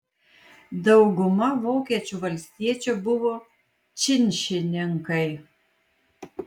dauguma vokiečių valstiečių buvo činšininkai